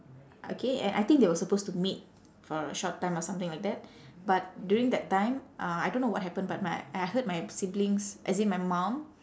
okay and I think they were supposed to meet for a short time or something like that but during that time uh I don't know what happened but my I heard my siblings as in my mom